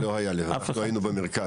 לא היה, אנחנו היינו במרכז.